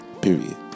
period